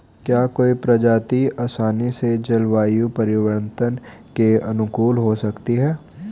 क्या कोई प्रजाति आसानी से जलवायु परिवर्तन के अनुकूल हो सकती है?